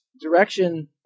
Direction